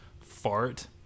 fart